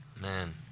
Man